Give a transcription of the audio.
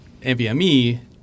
NVMe